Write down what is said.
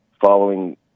following